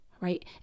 right